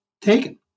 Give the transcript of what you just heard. taken